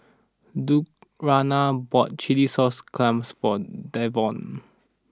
Lurana bought Chilli Sauce Clams for Davon